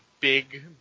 big